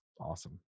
awesome